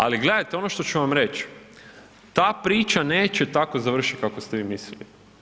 Ali gledajte, ono što ću vam reći, ta priča neće tako završiti kako ste vi mislili.